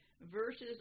versus